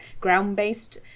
ground-based